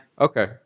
Okay